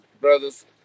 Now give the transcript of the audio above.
brothers